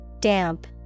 Damp